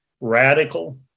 radical